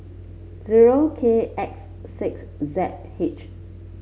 zero K X six Z H